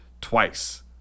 twice